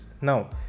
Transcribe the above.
now